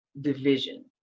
division